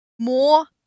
More